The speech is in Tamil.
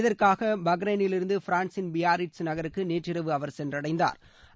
இதற்காக பஹ்ரைனிலிருந்து பிரான்சின் பியாரிட்ஸ் நகருக்கு நேற்றிரவு அவர் சென்றடைந்தாா்